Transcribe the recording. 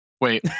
Wait